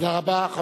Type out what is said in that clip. תודה רבה.